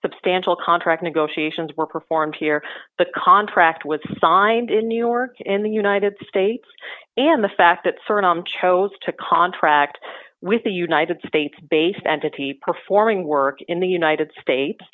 substantial contract negotiations were performed here the contract was signed in new york in the united states and the fact that certain chose to contract with the united states based entity performing work in the united state